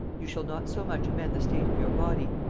you shall not so much amend the state of your body,